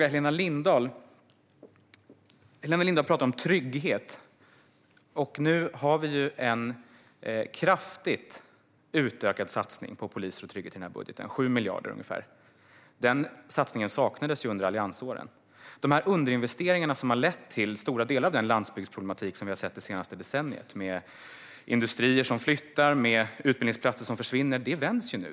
Helena Lindahl talade om trygghet, och nu har vi en kraftigt utökad satsning på poliser och trygghet i den här budgeten på ungefär 7 miljarder. En sådan satsning saknades under alliansåren. Situationen med underinvesteringar som har lett till stora delar av den landsbygdsproblematik som vi har sett det senaste decenniet med industrier som flyttar och utbildningsplatser som försvinner vänds nu.